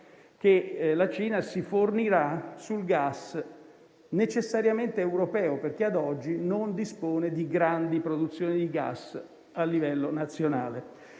che la Cina si fornirà di gas necessariamente europeo perché ad oggi non dispone di grandi produzioni di gas a livello nazionale.